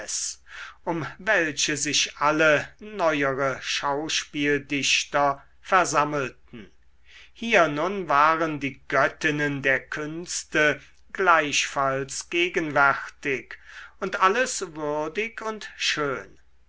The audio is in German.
um welche sich alle neuere schauspieldichter versammelten hier nun waren die göttinnen der künste gleichfalls gegenwärtig und alles würdig und schön